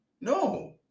No